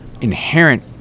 inherent